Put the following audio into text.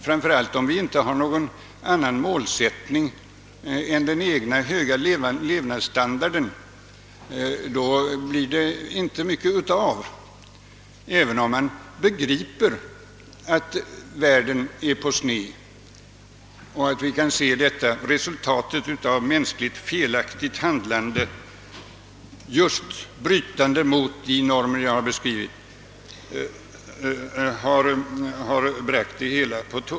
Har vi inte någon annan målsättning än den egna höga levnadsstandarden blir det inte mycket av, även om vi begriper att världen är på sned och inser att detta är resultatet av felaktigt mänskligt handlande just därför att vi bryter mot de normer jag beskrivit.